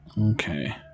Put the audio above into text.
Okay